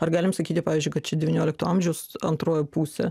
ar galim sakyti pavyzdžiui kad čia devyniolikto amžiaus antroji pusė